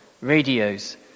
radios